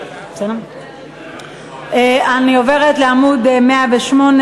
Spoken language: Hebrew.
אני עוברת לעמוד 108,